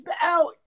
out